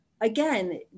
again